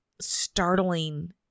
startling